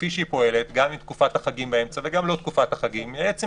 כפי שהיא פועלת גם עם תקופת החגים באמצע וגם ללא תקופת החגים,